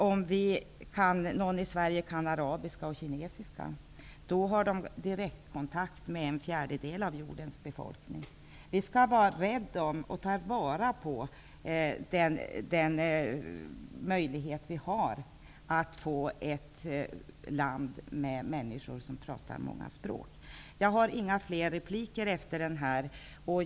Om någon i Sverige kan exempelvis arabiska eller kinesiska, har hon eller han direkt kontakt med en fjärdedel med jordens befolkning. Vi skall vara rädda om och ta vara på möjligheten att få ett land med människor som talar många språk. Jag har inga fler repliker.